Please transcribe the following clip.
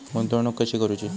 गुंतवणूक कशी करूची?